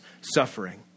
suffering